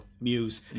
Muse